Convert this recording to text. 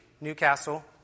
Newcastle